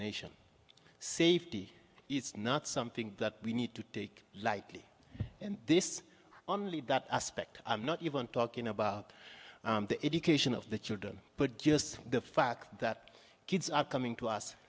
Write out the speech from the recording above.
nation safety it's not something that we need to take lightly and this aspect i'm not even talking about the education of the children but just the fact that kids are coming to us